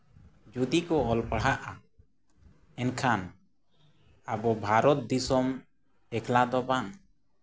ᱡᱩᱫᱤ ᱠᱚ ᱚᱞ ᱯᱟᱲᱦᱟᱜᱼᱟ ᱮᱱᱠᱷᱟᱱ ᱟᱵᱚ ᱵᱷᱟᱨᱚᱛ ᱫᱤᱥᱚᱢ ᱮᱠᱞᱟ ᱫᱚ ᱵᱟᱝ